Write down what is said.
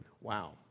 wow